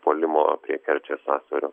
puolimo prie kerčės sąsiaurio